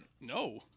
No